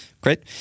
Great